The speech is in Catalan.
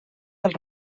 dels